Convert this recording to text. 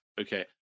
okay